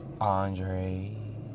Andre